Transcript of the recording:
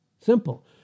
simple